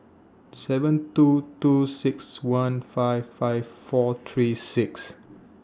seven two two six one five five four three six